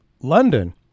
London